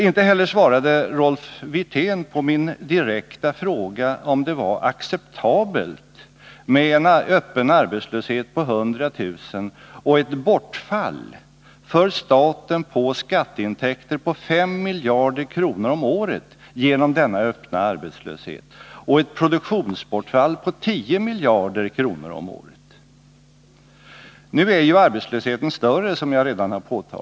Inte heller svarade Rolf Wirtén på min direkta fråga om det var acceptabelt med en öppen arbetslöshet på 100 000 och ett bortfall av skatteintäkter för staten på 5 miljarder kronor om året genom denna öppna arbetslöshet och ett produktionsbortfall på 10 miljarder om året. Som jag redan har påtalat är ju arbetslösheten större.